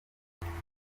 mukunzi